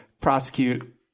prosecute